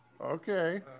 Okay